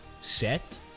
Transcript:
set